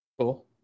Cool